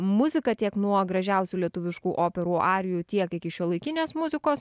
muzika tiek nuo gražiausių lietuviškų operų arijų tiek iki šiuolaikinės muzikos